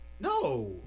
No